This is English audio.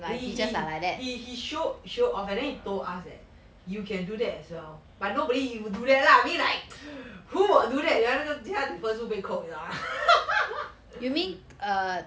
if he he he show show off but then he told us that you can do that as well but nobody will do that lah I mean like who will do that you understand the other person 会被扣命 liao